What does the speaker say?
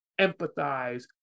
empathize